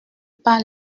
pas